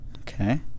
Okay